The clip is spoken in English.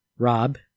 Rob